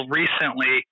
recently